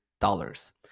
dollars